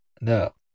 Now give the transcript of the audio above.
No